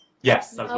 yes